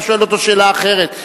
אתה שואל אותו שאלה אחרת,